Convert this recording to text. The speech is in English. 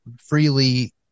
freely